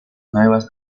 nuevas